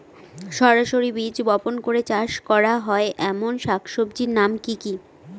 সরাসরি বীজ বপন করে চাষ করা হয় এমন শাকসবজির নাম কি কী?